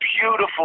beautiful